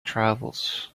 travels